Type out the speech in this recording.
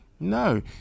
No